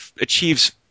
achieves